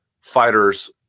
fighters